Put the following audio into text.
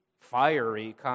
fiery